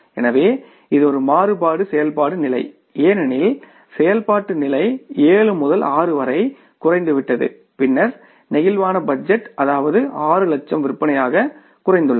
எனவே இது ஒரு மாறுபாடு செயல்பாட்டு நிலை ஏனெனில் செயல்பாட்டு நிலை 7 முதல் 6 வரை குறைந்துவிட்டது பின்னர் பிளேக்சிபிள் பட்ஜெட் அதாவது 6 லட்சம் விற்பனையாக குறைந்துள்ளது